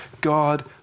God